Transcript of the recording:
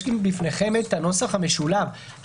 יש בפניכם את הנוסח המשולב,